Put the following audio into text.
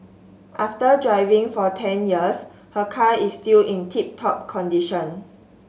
after driving for ten years her car is still in tip top condition